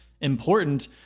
important